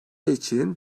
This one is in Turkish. için